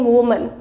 Woman